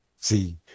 See